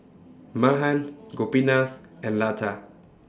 Mahan Gopinath and Lata